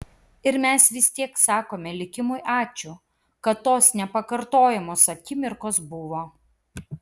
ir mes vis tiek sakome likimui ačiū kad tos nepakartojamos akimirkos buvo